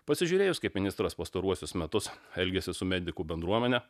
pasižiūrėjus kaip ministras pastaruosius metus elgėsi su medikų bendruomene